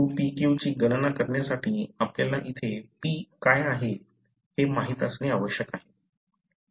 2pq ची गणना करण्यासाठी आपल्याला इथे p काय आहे हे माहित असणे आवश्यक आहे